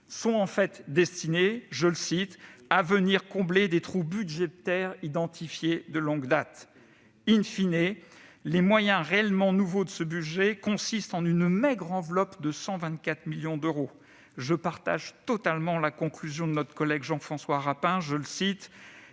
sont en fait destinés à « venir combler des " trous budgétaires " identifiés de longue date »., les moyens réellement nouveaux de ce budget consistent en une maigre enveloppe de 124 millions d'euros. Je partage totalement la conclusion de notre collègue Jean-François Rapin :« Ces